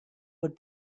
would